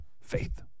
faith